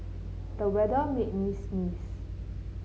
the weather made me sneeze